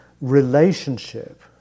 relationship